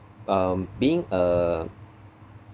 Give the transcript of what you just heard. um being a